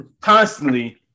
constantly